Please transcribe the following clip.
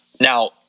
Now